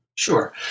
Sure